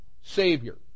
Savior